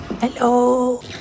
Hello